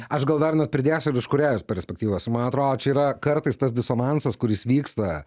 aš gal dar net pridėsiu ir iš kūrėjo perspektyvos ir man atrodo čia yra kartais tas disonansas kuris vyksta